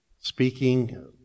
speaking